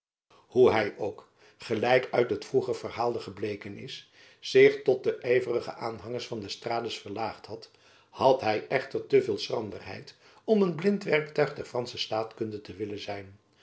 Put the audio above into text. hoe hy ook gelijk uit het vroeger verhaalde gebleken is zich tot den yverigen handlanger van d'estrades verlaagd had had hy echter te veel schranderheid om een blind werktuig der fransche staatkunde te willen zijn